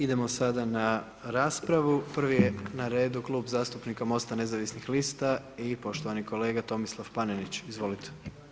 Idemo sada na raspravu, prvi je na redu Klub zastupnika MOST-a nezavisnih lista i poštovani kolega Tomislav Panenić, izvolite.